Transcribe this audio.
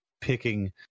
picking